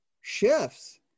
shifts